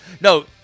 no